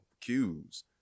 cues